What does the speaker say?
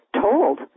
told